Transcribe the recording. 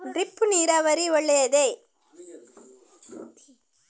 Drip ನೀರಾವರಿ ಒಳ್ಳೆಯದೇ?